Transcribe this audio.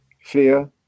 fear